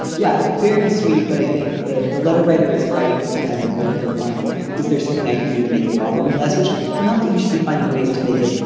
yeah, very sweet. but i think the the letter writer is right in kind of identifying is there something i can do to make it bother me less, which not that you should be finding ways to make it.